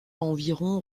environ